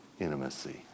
intimacy